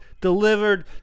delivered